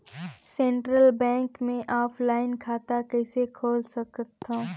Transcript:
Central bank मे offline खाता कइसे खोल सकथव?